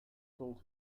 told